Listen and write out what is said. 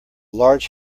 large